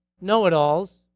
know-it-alls